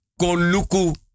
koluku